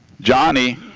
Johnny